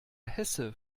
hesse